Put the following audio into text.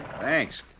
Thanks